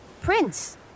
Prince